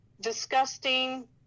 disgusting